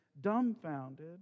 dumbfounded